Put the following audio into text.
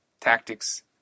tactics